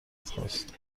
خواست